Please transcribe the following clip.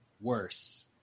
worse